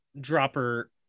dropper